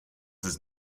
ist